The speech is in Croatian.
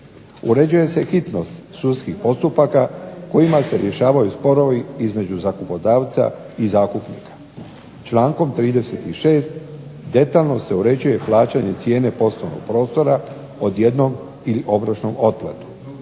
Uređuje se hitnost sudskih postupaka kojima se rješavaju sporovi između zakupodavca i zakupnika. Člankom 36. detaljno se uređuje plaćanje cijene poslovnog prostora odjednom ili obročnom otplatom.